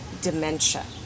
dementia